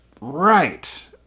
right